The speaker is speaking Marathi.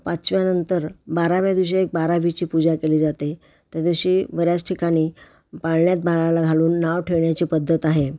पाचव्यानंतर बाराव्या दिवशी एक बारावीची पूजा केली जाते त्या दिवशी बऱ्याच ठिकाणी पाळण्यात बाळाला घालून नाव ठेवण्याची पद्धत आहे